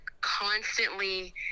constantly